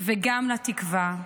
וגם לתקווה.